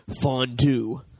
fondue